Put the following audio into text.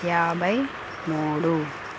యాభై మూడు